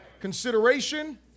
consideration